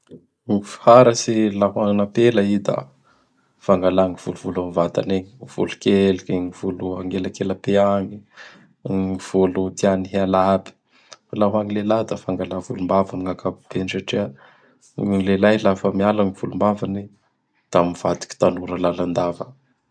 Gny fiharatsy na ho an'ampela i da fangala gn volovolo amin vatany egny: gn volok'eliky, gn volo agnelagnapehy agny, gny volo tiany halay aby. Fa La ho an'gny lehilahy da fangala volombava amin'gny ankapobeny satria gny lehilahy laha fa miala gn volombavany; da mivadiky tanora lalandava.